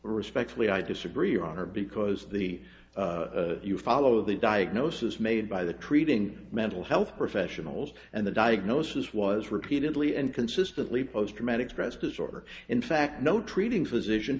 respectfully i disagree honor because the follow the diagnosis made by the treating mental health professionals and the diagnosis was repeatedly and consistently post traumatic stress disorder in fact no treating physician